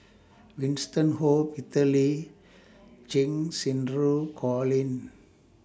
Winston Oh Peter Lee Cheng Xinru Colin